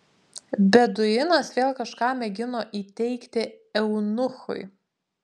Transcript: beduinas vėl kažką mėgino įteigti eunuchui